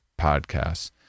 podcasts